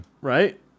Right